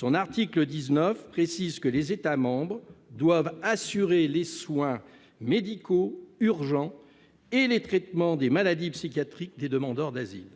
dont l'article 19 précise que les États membres doivent assurer les soins médicaux urgents et le traitement des maladies psychiatriques des demandeurs d'asile.